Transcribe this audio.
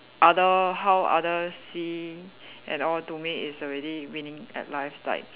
other how other see and all to me is already winning at life like